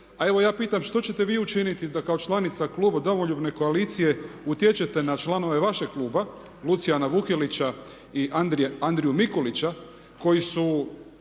A evo ja pitam što ćete vi učiniti da kao članica kluba Domoljubne koalicije utječete na članove vašeg kluba Luciana Vukelića i Andriju Mikulića koji su